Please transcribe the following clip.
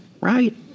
right